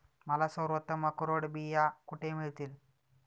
मला सर्वोत्तम अक्रोड बिया कुठे मिळतील